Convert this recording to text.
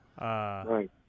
Right